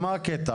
מה הקטע?